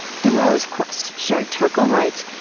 thoreau's quest, sherry turkle writes,